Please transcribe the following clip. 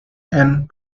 and